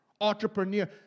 entrepreneur